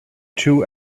two